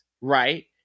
right